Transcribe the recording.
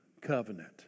covenant